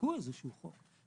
שיחוקקו איזשהו חוק,